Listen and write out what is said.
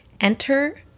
Enter